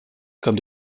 comme